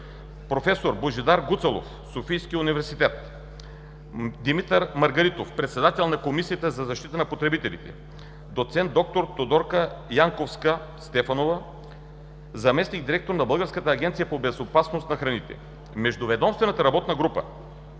проф. Божидар Гуцалов – Софийски университет; Димитър Маргаритов – председател на Комисията за защита на потребителите; доц. д-р Тодорка Янковска-Стефанова – заместник-директор на Българска агенция по безопасност на храните. Междуведомствената работна група: